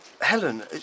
Helen